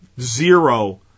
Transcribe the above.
zero